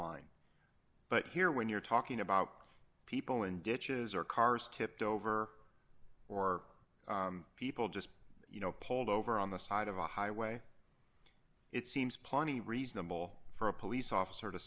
line but here when you're talking about people in ditches or cars tipped over or people just you know pulled over on the side of a highway it seems plenty reasonable for a police officer to